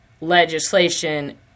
legislation